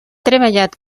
treballat